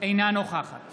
אינה נוכחת